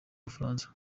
bufaransa